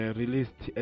released